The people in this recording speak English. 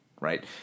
right